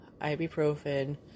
ibuprofen